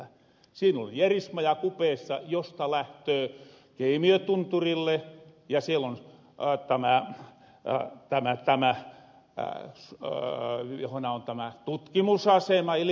siin on jerismaja kupeessa josta lähtöö keimiötunturille ja siel on tämä johona on tämä ilmatieteellinen tutkimusasema sammaltunturi